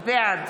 בעד